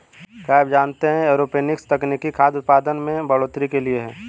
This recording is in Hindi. क्या आप जानते है एरोपोनिक्स तकनीक खाद्य उतपादन में बढ़ोतरी के लिए है?